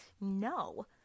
No